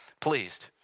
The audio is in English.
pleased